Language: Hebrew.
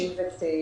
נתבקשנו לברר באיזה